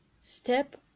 step